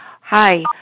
Hi